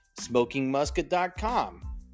Smokingmusket.com